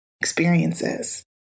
experiences